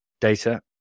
data